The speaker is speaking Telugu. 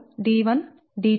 d1 7